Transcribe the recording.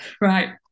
right